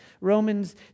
Romans